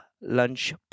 lunch